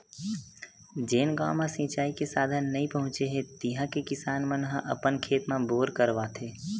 जेन गाँव म सिचई के साधन नइ पहुचे हे तिहा के किसान मन ह अपन खेत म बोर करवाथे